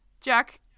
Jack